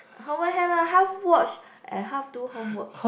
half watch and half do homework